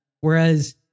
Whereas